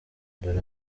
dore